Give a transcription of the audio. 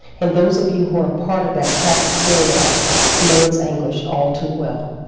and those of you who are part of that tragic story line know its anguish all too well.